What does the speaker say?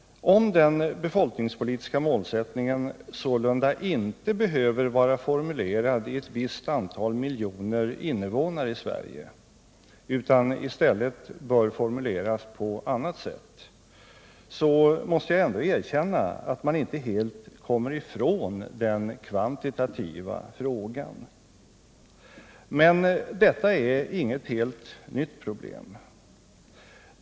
Om den befolkningspolitiska målsättningen sålunda inte behöver vara formulerad i ett visst antal miljoner invånare i Sverige utan i stället bör formuleras på annat sätt, så måste jag ändå erkänna att man inte helt kommer ifrån den kvantitativa frågan. Detta är inget helt nytt problem.